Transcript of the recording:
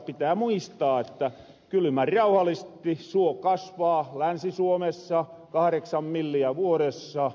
pitää muistaa että kylymän rauhallisesti suo kasvaa länsi suomessa kahdeksan milliä vuodessa